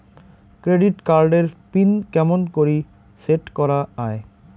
Credit card এর pin কেমন করি সেট করা য়ায়?